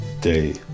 day